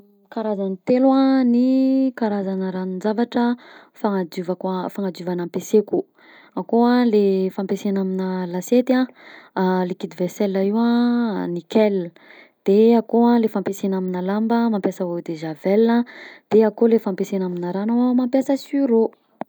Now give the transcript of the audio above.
Karazany telo a ny karazana ranonjavatra fagnadiovako fagnadiovana ampiasaiko, akao a le fampiasaina aminà lasiety a, liquide vaisselle io a nickel, de ao koa le fampiasaina aminà lamba, mampiasa eau de javel a, de ao koa le fampiasaina aminà rano, mampiasa sur'eau.